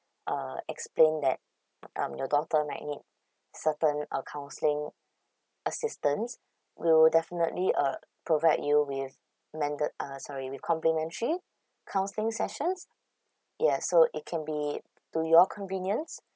uh explain that um your daughter might need certain uh counselling assistance we will definitely uh provide you with mended uh sorry with complimentary counselling sessions yes so it can be to your convenience